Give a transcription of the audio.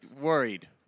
worried